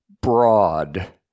broad